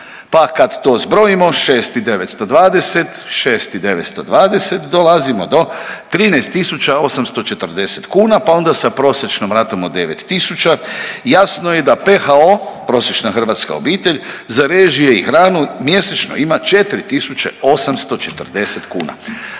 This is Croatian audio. Pa kad to zbrojimo 6 i 920, 6 i 920 dolazimo do 13.840 kuna pa onda sa prosječnom ratom od 9.000 jasno je da PHO prosječna hrvatska obitelj za režije i hranu mjesečno ima 4.840 kuna